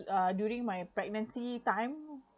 uh during my pregnancy time